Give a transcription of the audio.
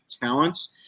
talents